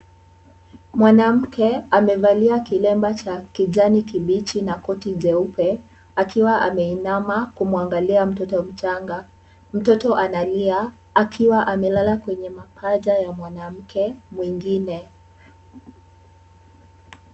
Mwanamke amevalia kilemba cha kijani kibichi na koti jeupe akiwa ameinama kumwangalia mtoto mchanga. Mtoto analia, akiwa amelala kwenye mapaja ya mwanamke mwingine.